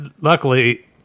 luckily